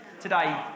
today